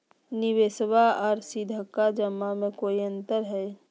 निबेसबा आर सीधका जमा मे कोइ अंतर हय?